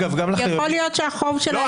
יכול להיות שהחוב שלהם לא כזה גבוה.